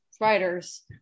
writers